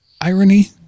irony